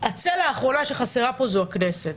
הצלע האחרונה שחסרה פה זו הכנסת